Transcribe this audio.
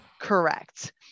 Correct